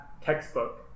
textbook